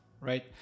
right